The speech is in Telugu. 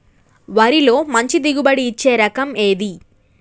వరిలో మంచి దిగుబడి ఇచ్చే రకం ఏది?